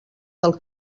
del